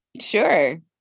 Sure